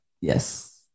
Yes